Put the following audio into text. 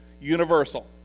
Universal